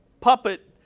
puppet